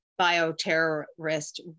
bioterrorist